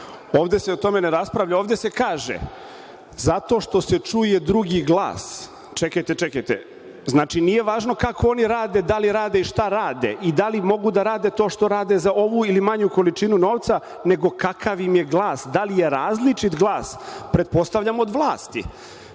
Ovde se o tome ne raspravlja. Ovde se kaže – zato što se čuje drugi glas. Čekajte, čekajte, znači, nije važno kako oni rade, da li rade i šta rade i da li mogu da rade to što rade za ovu ili manju količinu novca, nego kakv im je glas, da li je različit glas, pretpostavljam od vlasti,